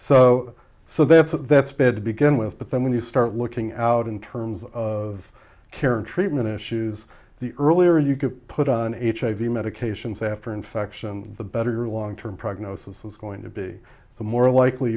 so so that so that's bad to begin with but then when you start looking out in terms of care and treatment issues the earlier you get put on a hiv medications after infection the better your long term prognosis is going to be the more likely